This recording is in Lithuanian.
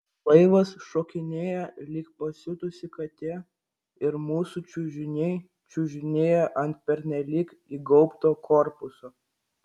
laivas šokinėja lyg pasiutusi katė ir mūsų čiužiniai čiužinėja ant pernelyg įgaubto korpuso